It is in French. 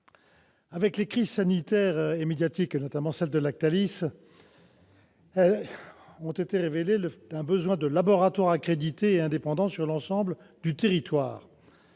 Les crises sanitaires et médiatiques, notamment celle de Lactalis, ont révélé un besoin de laboratoires accrédités et indépendants sur l'ensemble du territoire.